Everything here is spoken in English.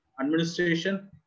administration